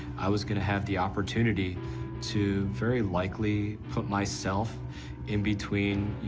i was going to have the opportunity to, very likely, put myself in between, you